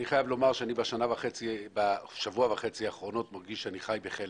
אני חייב לומר שבשבוע וחצי האחרונים אני מרגיש שאני חי בחלם.